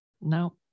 No